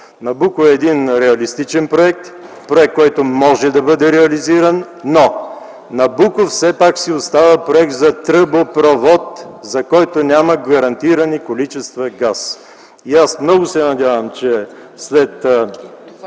„Набуко” е един реалистичен проект – проект, който може да бъде реализиран, но „Набуко” все пак си остава проект за тръбопровод, за който няма гарантирани количества газ. И аз много се надявам, че след